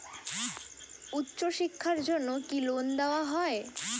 উচ্চশিক্ষার জন্য কি লোন দেওয়া হয়?